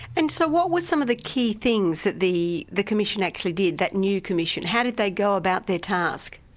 and so what were some of the key things that the the commission actually did, that new commission? how did they go about their task?